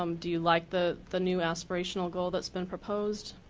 um do you like the the new aspirational goal that has been proposed?